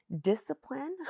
Discipline